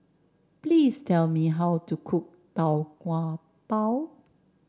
please tell me how to cook Tau Kwa Pau